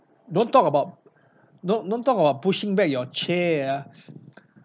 don't talk about don't don't talk about pushing back your chair ah